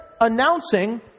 announcing